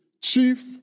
chief